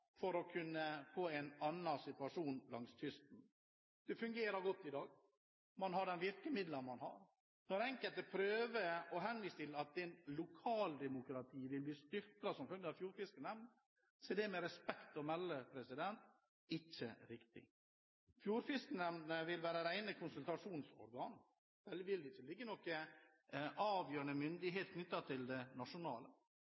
for å få en annen situasjon langs kysten. Det fungerer godt i dag. Man har de virkemidlene man har. Når enkelte prøver å henvise til at lokaldemokratiet vil bli styrket som følge av en fjordfiskenemnd, er det med respekt å melde ikke riktig. Fjordfiskenemndene vil være rene konsultasjonsorganer. Det vil ikke ligge noen avgjørende